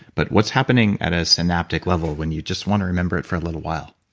but what's happening at a synaptic level when you just want to remember it for a little while?